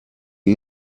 you